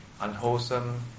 unwholesome